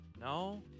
No